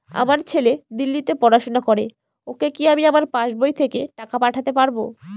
আমার ছেলে দিল্লীতে পড়াশোনা করে ওকে কি আমি আমার পাসবই থেকে টাকা পাঠাতে পারব?